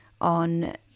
on